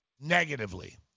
negatively